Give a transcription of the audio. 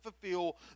fulfill